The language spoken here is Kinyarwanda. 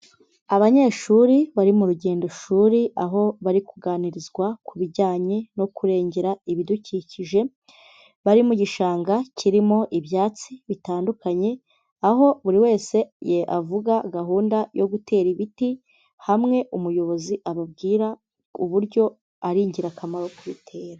Abanyeshuri bari mu rugendo shuri aho bari kuganirizwa ku bijyanye no kurengera ibidukikije, bari mu gishanga kirimo ibyatsi bitandukanye, aho buri wese avuga gahunda yo gutera ibiti hamwe umuyobozi ababwira uburyo ari ingirakamaro kubitera.